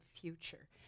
future